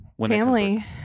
family